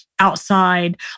Outside